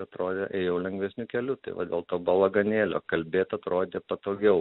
atrodė ėjau lengvesniu keliu tai va dėl to balaganėlio kalbėt atrodė patogiau